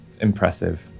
impressive